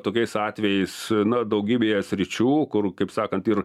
tokiais atvejais na daugybėje sričių kur kaip sakant ir